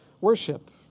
worship